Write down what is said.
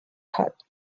cut